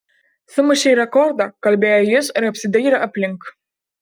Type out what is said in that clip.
sumušei rekordą kalbėjo jis ir apsidairė aplink